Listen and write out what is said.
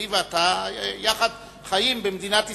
אני ואתה יחד חיים במדינת ישראל.